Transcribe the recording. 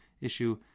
issue